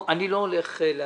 כאן אתה בטח לא טועה.